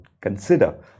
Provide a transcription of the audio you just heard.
consider